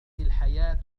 الحياة